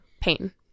pain